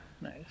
Nice